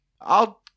I'll-